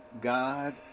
God